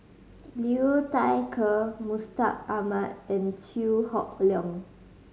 Liu Thai Ker Mustaq Ahmad and Chew Hock Leong